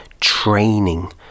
training